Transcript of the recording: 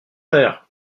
frère